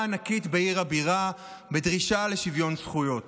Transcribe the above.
ענקית בעיר הבירה בדרישה לשוויון זכויות.